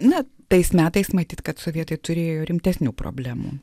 na tais metais matyt kad sovietai turėjo rimtesnių problemų